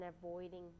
avoiding